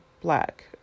black